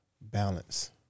Balance